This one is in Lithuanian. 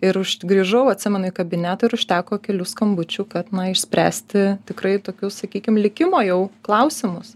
ir užt grįžau atsimenu į kabinetą ir užteko kelių skambučių kad na išspręsti tikrai tokius sakykim likimo jau klausimus